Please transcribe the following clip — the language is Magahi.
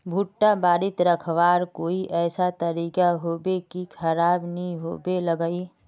भुट्टा बारित रखवार कोई ऐसा तरीका होबे की खराब नि होबे लगाई?